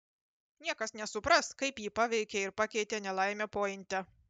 niekas nesupras kaip jį paveikė ir pakeitė nelaimė pointe